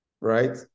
right